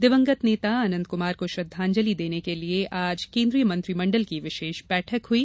दिवंगत नेता अनन्त कुमार को श्रद्वांजलि देने के लिए आज केन्द्रीय मंत्रिमंडल की विशेष बैठक हुई